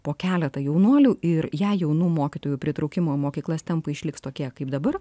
po keletą jaunuolių ir jei jaunų mokytojų pritraukimo mokyklas tempai išliks tokie kaip dabar